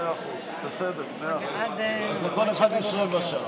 אוקיי, אז לכל אחד יש רבע שעה.